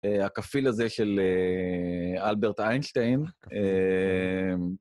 הקפיל הזה של אלברט איינשטיין.